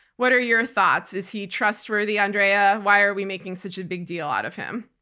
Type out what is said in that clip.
what are your thoughts? is he trustworthy, andrea? why are we making such a big deal out of him?